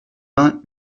vingt